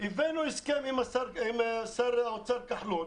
אז הבאנו הסכם עם שר האוצר כחלון